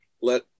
let